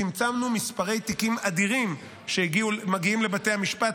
צמצמנו מספרי תיקים אדירים שמגיעים לבתי המשפט